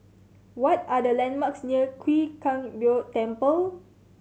what are the landmarks near Chwee Kang Beo Temple